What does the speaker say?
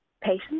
patient